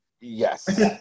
Yes